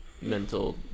mental